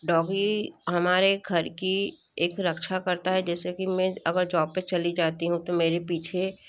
doggy हमारे घर की एक रक्षा करता है जैसे कि मैं अगर जॉब पर चली जाती हूँ तो मेरे पीछे